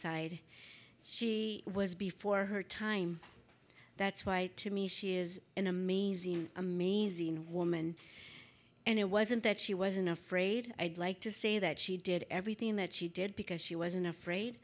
side she was before her time that's why to me she is an amazing amazing woman and it wasn't that she wasn't afraid i'd like to say that she did everything that she did because she wasn't afraid